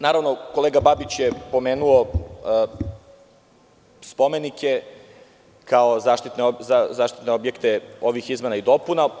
Naravno, kolega Babić je pomenuo spomenike kao zaštitne objekte ovih izmena i dopuna.